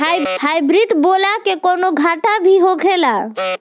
Hybrid बोला के कौनो घाटा भी होखेला?